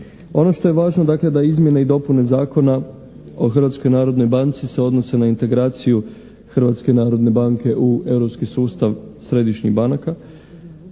Ono što je važno dakle da izmjene i dopune Zakona o Hrvatskoj narodnoj banci se odnose na integraciju Hrvatske narodne banke u europski sustav središnjih banaka